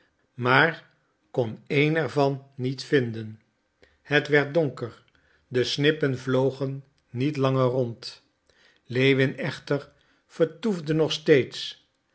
maar kon een er van niet vinden het werd donker de snippen vlogen niet langer rond lewin echter vertoefde nog steeds